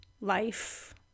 life